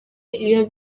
iyo